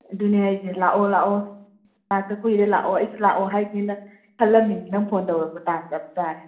ꯑꯗꯨꯅꯦ ꯍꯥꯏꯁꯦ ꯂꯥꯛꯑꯣ ꯂꯥꯛꯑꯣ ꯂꯥꯛꯇ ꯀꯨꯏꯔꯦ ꯂꯥꯛꯑꯣ ꯑꯩꯁꯨ ꯂꯥꯛꯑꯣ ꯍꯥꯏꯒꯦꯅ ꯈꯜꯂꯝꯃꯤꯅꯤ ꯅꯪ ꯐꯣꯟ ꯇꯧꯔꯛꯄ ꯇꯥꯟ ꯆꯞ ꯆꯥꯔꯦ